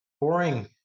Boring